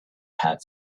had